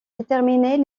déterminer